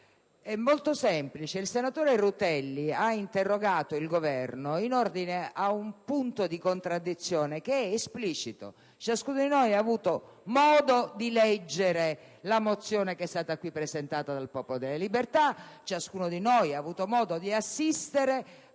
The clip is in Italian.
è molto semplice: il senatore Rutelli ha interrogato il Governo in ordine ad un punto di contraddizione esplicito. Ciascuno di noi ha avuto modo di leggere la mozione presentata dal Popolo della Libertà e ciascuno di noi ha avuto modo di assistere